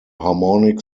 harmonic